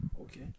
Okay